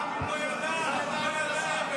הוא לא ידע איפה לשבת.